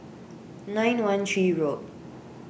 nine one three road